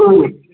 ம்